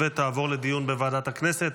הטרומית ותעבור לדיון בוועדת הכנסת,